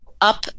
up